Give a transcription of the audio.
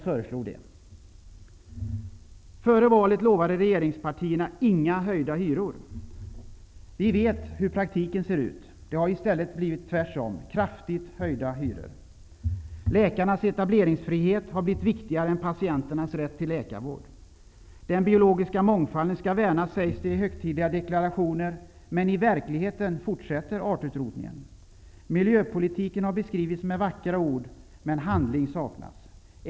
Före valet lovade de nuvarande regeringspartierna att hyrorna inte skulle höjas. I praktiken har de i stället höjts kraftigt. Läkarnas etableringsfrihet har blivit viktigare än patienternas rätt till läkarvård. Det sägs i högtidliga deklarationer att den biologiska mångfalden skall värnas, men i verkligheten fortsätter artutrotningen. Miljöpolitiken har beskrivits med vackra ord, men handling saknas.